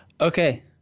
okay